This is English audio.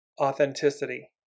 authenticity